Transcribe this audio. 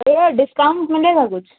केवल डिस्काउंट मिलेगा कुछ